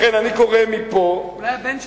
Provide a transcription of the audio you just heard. לכן אני קורא מפה, אולי הבן שלך.